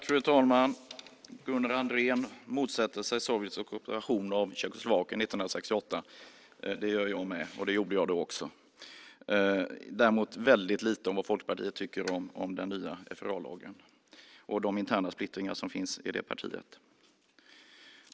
Fru talman! Gunnar Andrén motsätter sig Sovjets ockupation av Tjeckoslovakien 1968. Det gör jag med, och det gjorde jag även då. Däremot säger han väldigt lite om vad Folkpartiet tycker om den nya FRA-lagen och de interna splittringar som finns i partiet.